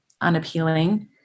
unappealing